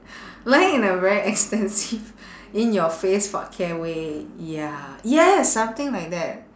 lying in a very expensive in your face fuck care way ya yes something like that